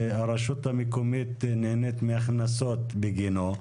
הרשות המקומית נהנית מהכנסות בגינו.